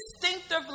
distinctively